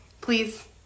please